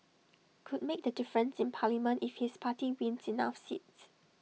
could make the difference in parliament if his party wins enough seats